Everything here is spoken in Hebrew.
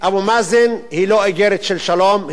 לאבו-מאזן היא לא איגרת של שלום,